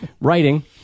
writing